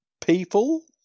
people